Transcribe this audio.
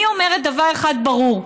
אני אומרת דבר אחד ברור: